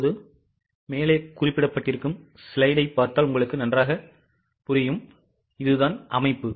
இப்போது இதுதான் அமைப்பு